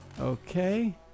Okay